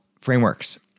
frameworks